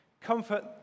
comfort